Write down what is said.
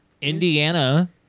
Indiana